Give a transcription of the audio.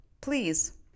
Please